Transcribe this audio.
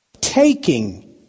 taking